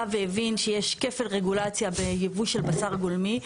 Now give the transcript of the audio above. והבין שיש כפל רגולציה בייבוא של בשר גולמי.